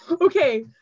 Okay